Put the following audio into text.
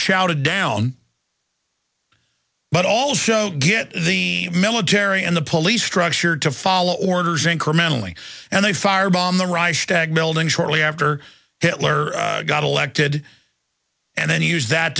shouted down but all show get the military and the police structure to follow orders incrementally and they firebomb the reichstag building shortly after hitler got elected and then use that